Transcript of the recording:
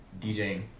DJing